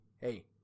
Hey